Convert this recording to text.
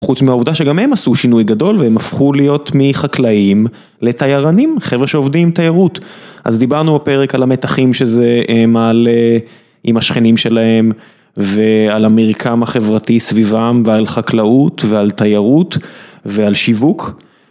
חוץ מהעובדה שגם הם עשו שינוי גדול והם הפכו להיות מחקלאים לתיירנים, חבר'ה שעובדים עם תיירות, אז דיברנו בפרק על המתחים שזה מעלה עם השכנים שלהם ועל המרקם החברתי סביבם ועל חקלאות ועל תיירות ועל שיווק.